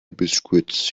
biscuits